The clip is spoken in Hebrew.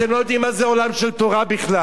אתם לא יודעים מה זה עולם של תורה בכלל.